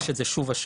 יש את זה שוב השנה,